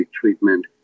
treatment